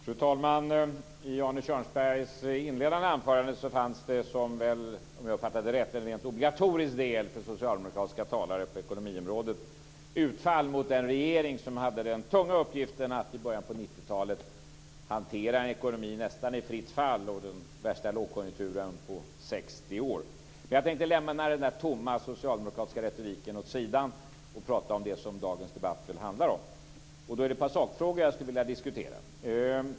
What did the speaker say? Fru talman! I Arne Kjörnsbergs inledande anförande fanns det - om jag uppfattade det rätt - med den obligatoriska delen för socialdemokratiska talare på ekonomiområdet, nämligen utfallet mot den regering som hade den tunga uppgiften i början av 1990 talet att hantera en ekonomi i nästan fritt fall under den värsta lågkonjunkturen på 60 år. Men jag tänkte lämna den tomma socialdemokratiska retoriken åt sidan och prata om det som dagens debatt handlar om. Det är ett par sakfrågor som jag skulle vilja diskutera.